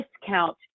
discount